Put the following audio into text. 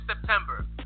September